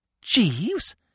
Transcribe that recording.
Jeeves